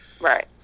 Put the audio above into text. Right